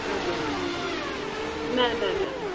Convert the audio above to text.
okay نہ نہ نہ